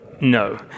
No